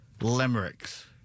Limericks